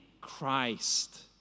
Christ